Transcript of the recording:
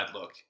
look